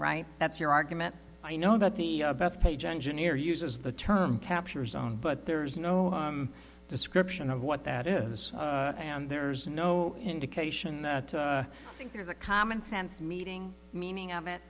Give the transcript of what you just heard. right that's your argument i know that the bethpage engineer uses the term capture zone but there is no description of what that is and there's no indication that think there's a common sense meeting meaning of it